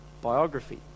biography